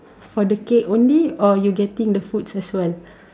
for the cake only or you getting the foods as well